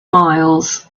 miles